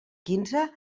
quinze